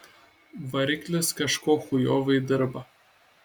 variklis kažko chujovai dirba